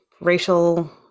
racial